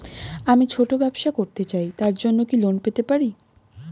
আমি ছোট ব্যবসা করতে চাই তার জন্য কি লোন পেতে পারি?